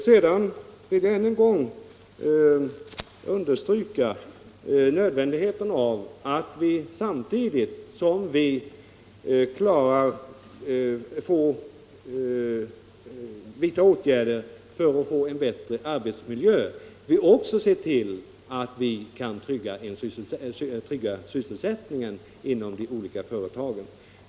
Sedan vill jag än en gång understryka nödvändigheten av att vi samtidigt som vi vidtar åtgärder för att få en bättre arbetsmiljö också ser till att sysselsättningen tryggas inom de olika företagen.